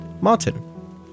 Martin